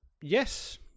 Yes